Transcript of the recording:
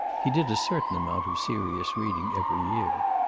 he did a certain amount of serious reading every year.